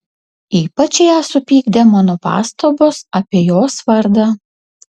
ypač ją supykdė mano pastabos apie jos vardą